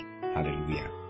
Hallelujah